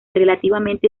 relativamente